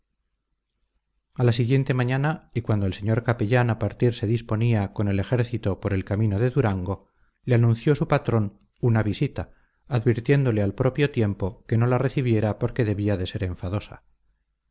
a la siguiente mañana y cuando el señor capellán a partir se disponía con el ejército por el camino de durango le anunció su patrón una visita advirtiéndole al propio tiempo que no la recibiera porque debía de ser enfadosa